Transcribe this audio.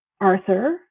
Arthur